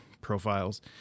profiles